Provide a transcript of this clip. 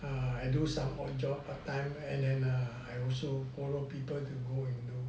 uh I do some odd job part time and then uh I follow people to go into